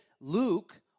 Luke